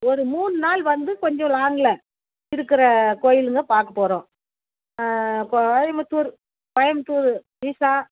ஒரு மூணு நாள் வந்து கொஞ்சம் லாங்கில் இருக்கிற கோயிலுங்க பார்க்கப் போகிறோம் கோயம்புத்தூர் கோயம்புத்தூர் விசா